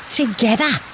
together